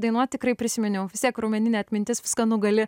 dainuot tikrai prisiminiau vis tiek raumeninė atmintis viską nugali